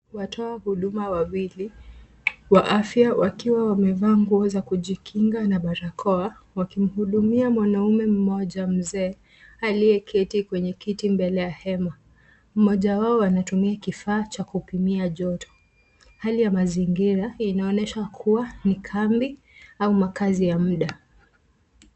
Watoa huduma wawili wa afya, wakiwa wamevaa nguo za kujikinga na barakoa, wanamhudumia mwanaume mmoja mzee aliyeketi kwenye kiti mbele ya hema. Mmoja wao anatumia kifaa cha kupima joto. Hali ya mazingira inaonyesha kuwa ni kwenye kambi au makazi ya muda.